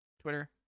twitter